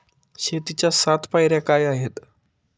शेतीच्या सात पायऱ्या काय आहेत?